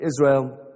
Israel